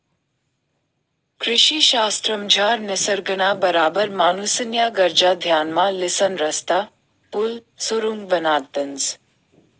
कृषी शास्त्रमझार निसर्गना बराबर माणूसन्या गरजा ध्यानमा लिसन रस्ता, पुल, सुरुंग बनाडतंस